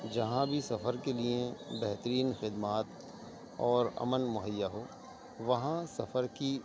جہاں بھی سفر کے لیے بہترین خدمات اور امن مہیا ہو وہاں سفر کی